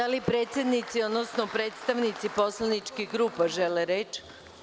Da li predsednici, odnosno predstavnici poslaničkih grupa žele reč?